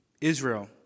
Israel